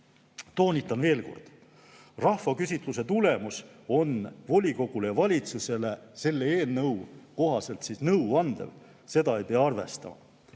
Toonitan veel kord: rahvaküsitluse tulemus on volikogule ja valitsusele selle eelnõu kohaselt nõuandev, seda ei pea arvestama.